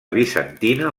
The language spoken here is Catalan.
bizantina